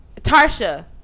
Tarsha